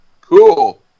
Cool